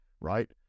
right